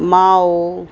माओ